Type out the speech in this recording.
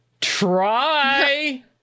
try